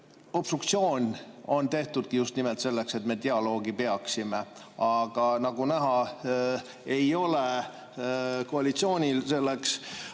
Obstruktsioon on tehtudki just nimelt selleks, et me dialoogi peaksime, aga nagu näha, ei ole koalitsioonil selleks